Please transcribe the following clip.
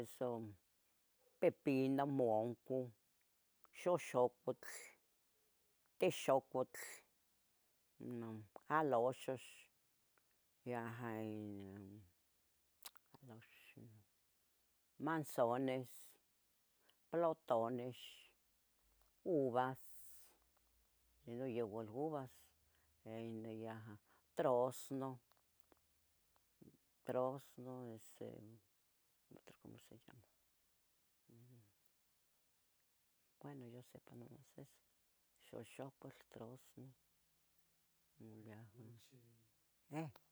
Eso, pepino, mancu, xaxocotl, tixocotl, um, aloxox, yaha ino, aloxox ino, manzones, plotones, uvas, yeh non igual uvas, ino in yaha, toroznoh, torozno, ese otro como se llama, umm, bueno yo sepa nomas eso xoxocotl, toroznoh, ino yaha, eh.